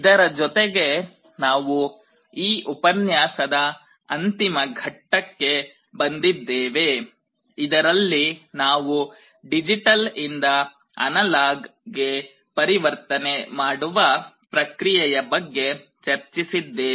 ಇದರ ಜೊತೆಗೆ ನಾವು ಈ ಉಪನ್ಯಾಸದ ಅಂತಿಮ ಘಟ್ಟಕ್ಕೆ ಬಂದಿದ್ದೇವೆ ಇದರಲ್ಲಿ ನಾವು ಡಿಜಿಟಲ್ ಇಂದ ಅನಲಾಗ್ ಗೆ ಪರಿವರ್ತನೆ ಮಾಡುವ ಪ್ರಕ್ರಿಯೆಯ ಬಗ್ಗೆ ಚರ್ಚಿಸಿದ್ದೇವೆ